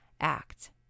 act